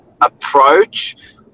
approach